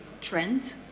trend